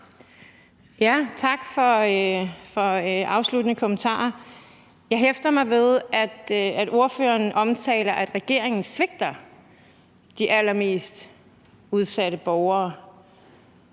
Tak for de afsluttende kommentarer. Jeg hæfter mig ved, at ordføreren omtaler, at regeringen svigter de allermest udsatte borgere.